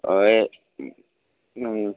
অঁ